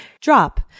Drop